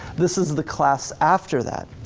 this is the class after that.